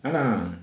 ya lah